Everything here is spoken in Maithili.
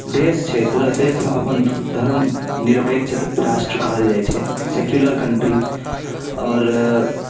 देश छै पूरा देश अपन धर्म निरपेक्ष राष्ट्र कहल जाइ छै सेक्यूलर कंट्री आओर